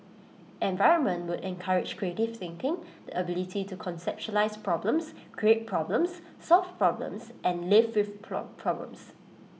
environment would encourage creative thinking the ability to conceptualise problems create problems solve problems and live with pro problems